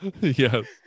Yes